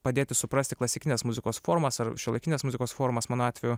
padėti suprasti klasikinės muzikos formas ar šiuolaikinės muzikos formas mano atveju